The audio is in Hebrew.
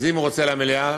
אם הוא רוצה למליאה,